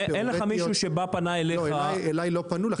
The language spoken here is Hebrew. אז אין מישהו שבא ופנה אליך -- אלי לא פנו לכן